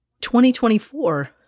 2024